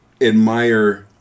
admire